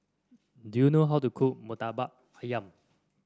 do you know how to cook murtabak ayam